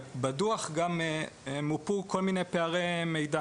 בדוח גם מופו כל מיני פערי מידע